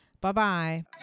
Bye-bye